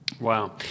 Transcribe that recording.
Wow